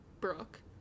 Brooke